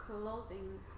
clothing